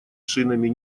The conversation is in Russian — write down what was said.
шинами